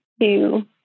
two